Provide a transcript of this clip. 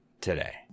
today